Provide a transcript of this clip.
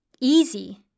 Easy